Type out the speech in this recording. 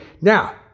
Now